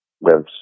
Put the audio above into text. lives